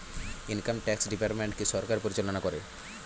income tax ডিপার্টমেন্টকে সরকার পরিচালনা করে